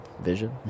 vision